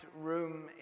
room